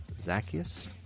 Zacchaeus